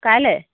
কাইলৈ